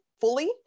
fully